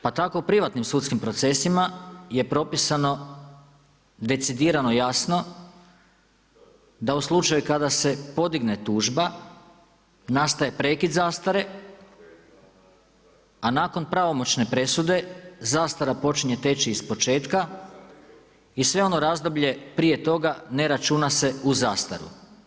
Pa tako u privatnim sudskim procesima je propisano decidirano jasno da u slučaju kada se podigne tužba nastaje prekid zastare, a nakon pravomoćne presude zastara počinje teći iz početka i sve ono razdoblje prije toga ne računa se u zastaru.